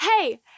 hey